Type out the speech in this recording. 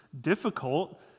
difficult